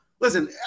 listen